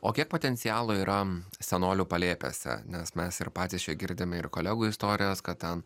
o kiek potencialo yra senolių palėpėse nes mes ir patys čia girdim ir kolegų istorijas kad ten